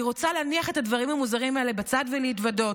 אני רוצה להניח את הדברים המוזרים האלה בצד ולהתוודות: